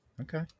Okay